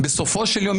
שבסופו של יום,